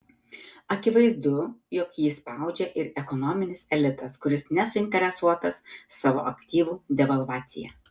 akivaizdu jog jį spaudžia ir ekonominis elitas kuris nesuinteresuotas savo aktyvų devalvacija